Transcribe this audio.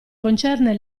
concerne